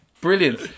brilliant